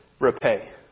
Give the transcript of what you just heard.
Repay